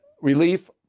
relief